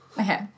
Okay